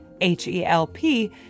H-E-L-P